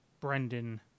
Brendan